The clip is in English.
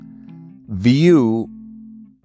view